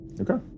Okay